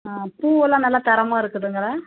ஆ பூவெல்லாம் நல்லா தரமாக இருக்குதுங்களா